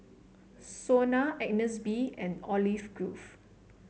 Sona Agnes B and Olive Grove